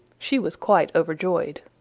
she was quite overjoyed.